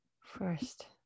first